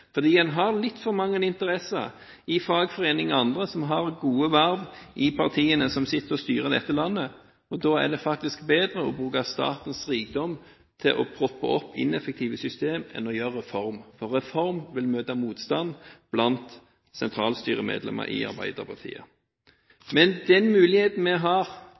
har litt for mange interesser – i fagforeninger og annet – og gode verv i partiene som sitter og styrer dette landet. Da er det faktisk bedre å bruke statens rikdom til å «proppe opp» med ineffektive systemer enn med reformer, for reformer vil møte motstand blant sentralstyremedlemmer i Arbeiderpartiet. Den muligheten vi har